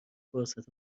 فرصت